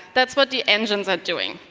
that's what the engines are doing.